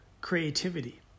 creativity